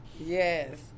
Yes